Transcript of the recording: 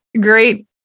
great